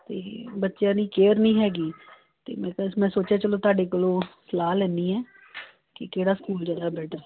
ਅਤੇ ਬੱਚਿਆਂ ਦੀ ਕੇਅਰ ਨਹੀਂ ਹੈਗੀ ਅਤੇ ਮੈਂ ਕਿਹਾ ਮੈਂ ਸੋਚਿਆ ਚਲੋ ਤੁਹਾਡੇ ਕੋਲੋਂ ਸਲਾਹ ਲੈਂਦੀ ਹਾਂ ਕਿ ਕਿਹੜਾ ਸਕੂਲ ਜਿਹੜਾ ਬੈਟਰ